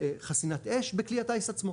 חסינת אש בכלי הטייס עצמו,